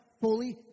fully